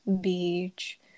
beach